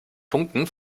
punkten